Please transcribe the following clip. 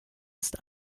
ist